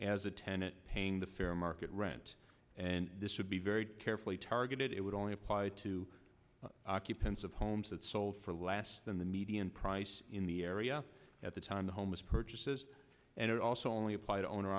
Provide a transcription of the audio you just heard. as a tenant paying the fair market rent and this would be very carefully targeted it would only apply to occupants of homes that sold for less than the median price in the area at the time the homes purchases and also only apply to owner